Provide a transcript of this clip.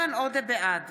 בעד